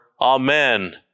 Amen